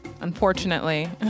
Unfortunately